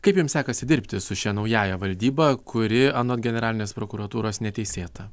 kaip jums sekasi dirbti su šia naująja valdyba kuri anot generalinės prokuratūros neteisėta